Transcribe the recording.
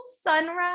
sunrise